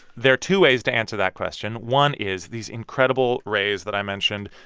there are two ways to answer that question. one is these incredible rays that i mentioned.